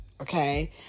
okay